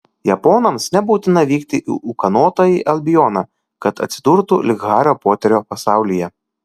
japonams nebūtina vykti į ūkanotąjį albioną kad atsidurtų lyg hario poterio pasaulyje